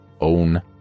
own